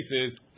cases